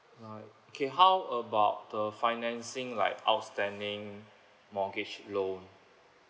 right K how about the financing like outstanding mortgage loan